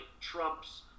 Trump's